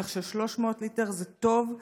כך ש-300 ליטר זה טוב,